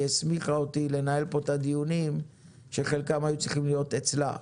היא הסמיכה אותי לנהל פה את הדיונים שחלקם היו צריכים להיות אצלה.